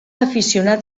aficionat